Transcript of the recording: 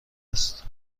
است